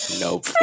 Nope